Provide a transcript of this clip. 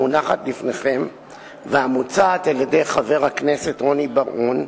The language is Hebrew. המונחת לפניכם והמוצעת על-ידי חבר הכנסת רוני בר-און,